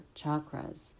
chakras